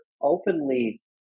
openly